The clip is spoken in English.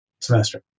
semester